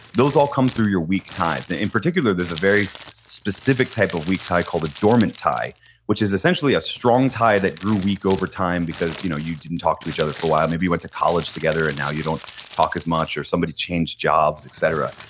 those all come through your weak ties and in particular there's a very specific type of weak tie called a dormant tie which is essentially a strong tie that grew weak over time because you know you didn't talk to each other for a while. maybe you went to college together and now you don't talk as much. or somebody changed jobs et cetera.